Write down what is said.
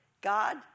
God